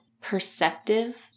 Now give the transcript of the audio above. perceptive